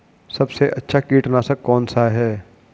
सबसे अच्छा कीटनाशक कौन सा है?